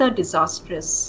disastrous